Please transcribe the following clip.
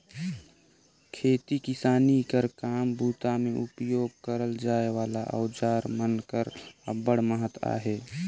खेती किसानी कर काम बूता मे उपियोग करल जाए वाला अउजार मन कर अब्बड़ महत अहे